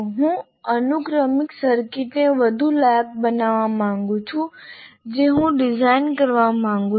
હું અનુક્રમિક સર્કિટને વધુ લાયક બનાવવા માંગું છું જે હું ડિઝાઇન કરવા માંગુ છું